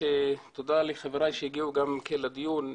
תודה לחבריי שהגיעו גם כן לדיון,